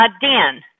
Dan